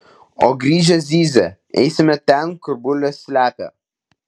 o grįžę zyzia eisime ten kur bulves slepia